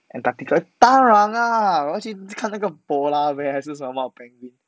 antarctica 当然啦我要去看那个 polar bear 还是什么 penguin